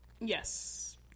Yes